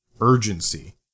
urgency